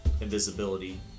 invisibility